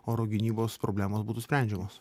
oro gynybos problemos būtų sprendžiamos